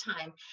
time